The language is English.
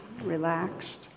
relaxed